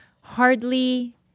hardly